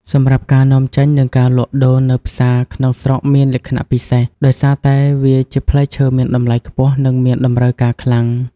សម្រាប់ការនាំចេញនិងការលក់ដូរនៅផ្សារក្នុងស្រុកមានលក្ខណៈពិសេស ដោយសារតែវាជាផ្លែឈើមានតម្លៃខ្ពស់ និងមានតម្រូវការខ្លាំង។